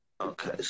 Okay